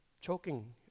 choking